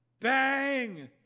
Bang